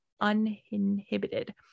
uninhibited